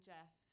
Jeff